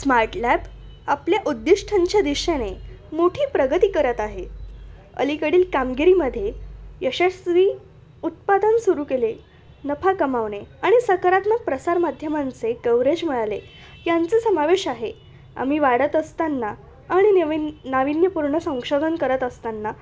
smart lab आपल्या उद्दिष्टांच्या दिशेने मोठी प्रगती करत आहे अलीकडील कामगिरीमध्ये यशस्वी उत्पादन सुरू केले नफा कमावणे आणि सकारात्मक प्रसार माध्यमांचे कव्हरेज मिळाले यांचा समावेश आहे आम्ही वाढत असताना आणि नवीन नाविन्यपूर्ण संशोधन करत असताना